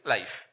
Life